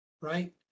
right